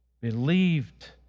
believed